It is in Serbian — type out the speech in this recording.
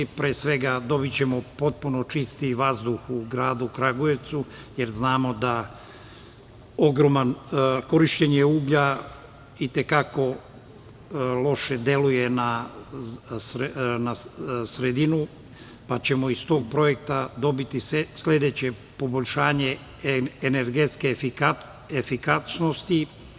Pre svega dobićemo potpuno čisti vazduh u gradu Kragujevcu, jer znamo da korišćenje uglja i te kako loše deluje na sredinu, pa ćemo iz tog projekta dobiti sledeće poboljšanje energetske efikasnosti.